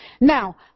Now